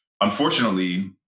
unfortunately